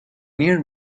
near